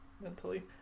mentally